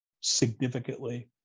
significantly